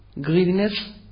greediness